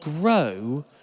grow